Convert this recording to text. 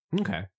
Okay